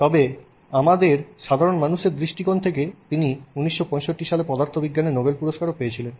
তবে আমাদের সাধারণ মানুষের দৃষ্টিকোণ থেকে তিনি 1965 সালে পদার্থবিজ্ঞানে নোবেল পুরষ্কারও পেয়েছিলেন